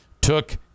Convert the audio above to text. took